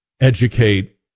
educate